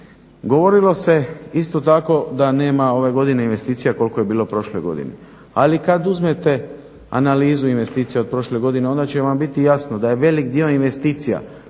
Govorilo se isto tako da nema ove godine investicija koliko je bilo prošle godine, ali kad uzmete analizu investicija od prošle godine onda će vam biti jasno da je veliki dio investicija